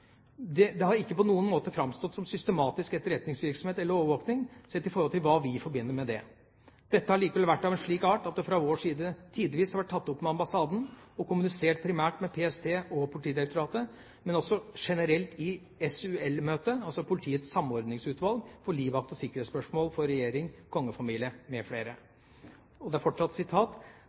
Det har ikke på noen måte fremstått som systematisk etterretningsvirksomhet eller overvåking, sett i forhold til hva vi forbinder med det. Dette har likevel vært av en slik art at det fra vår side tidvis har vært tatt opp med ambassaden, og kommunisert primært med PST og POD, men også generelt i SUL-møte.» SUL er Politiets samordningsutvalg for livvakt- og sikkerhetsspørsmål for regjering, kongefamilie